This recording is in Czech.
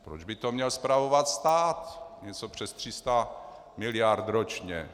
Proč by to měl spravovat stát, něco přes 300 mld. ročně?